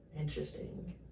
interesting